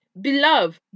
beloved